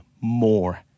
more